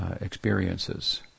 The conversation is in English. experiences